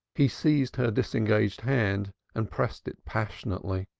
he seized her disengaged hand and pressed it passionately.